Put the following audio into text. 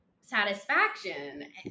satisfaction